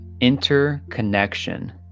interconnection